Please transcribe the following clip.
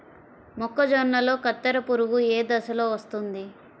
మొక్కజొన్నలో కత్తెర పురుగు ఏ దశలో వస్తుంది?